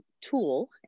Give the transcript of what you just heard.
tool